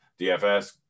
DFS